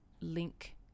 link